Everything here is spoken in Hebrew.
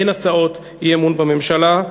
אין הצעות אי-אמון בממשלה.